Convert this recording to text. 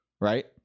Right